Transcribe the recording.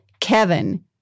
Kevin